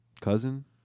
cousin